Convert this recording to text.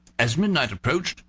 as midnight approached,